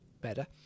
Better